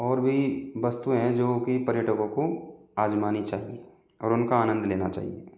और भी वस्तुएं हैं जो कि पर्यटकों को आजमानी चाहिए और उनका आनंद लेना चाहिए